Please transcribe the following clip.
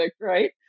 right